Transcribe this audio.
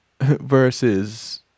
versus